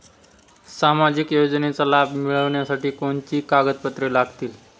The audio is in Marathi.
सामाजिक योजनेचा लाभ मिळण्यासाठी कोणती कागदपत्रे लागतील?